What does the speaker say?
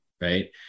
right